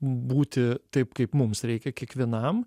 būti taip kaip mums reikia kiekvienam